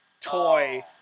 toy